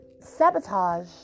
sabotage